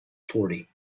forty